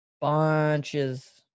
bunches